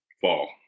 Fall